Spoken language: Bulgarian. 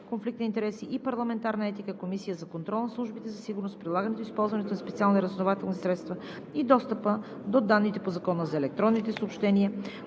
конфликт на интереси и парламентарна етика; Комисията за контрол на службите за сигурност, прилагането и използването на специални разузнавателни средства и достъпа до данните по Закона за електронните съобщения;